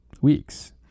weeks